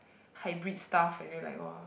hybrid stuff and then like !wah!